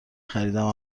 خریدم